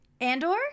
Andor